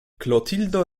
klotildo